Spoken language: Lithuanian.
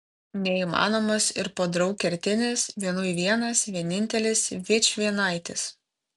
neįmanomas ir podraug kertinis vienui vienas vienintelis vičvienaitis